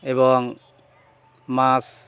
এবং মাস